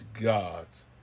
God's